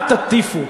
אל תטיפו.